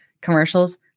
commercials